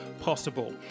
possible